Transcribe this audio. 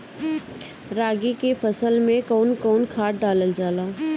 रागी के फसल मे कउन कउन खाद डालल जाला?